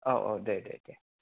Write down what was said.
औ औ दे दे दे